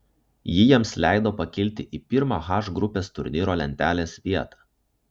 ji jiems leido pakilti į pirmą h grupės turnyro lentelės vietą